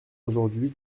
aujourd’hui